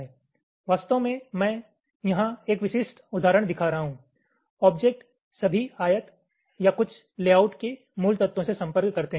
वास्तव में मैं यहां एक विशिष्ट उदाहरण दिखा रहा हूं ऑब्जेक्ट सभी आयत या कुछ लेआउट के मूल तत्वों से संपर्क करते हैं